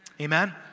Amen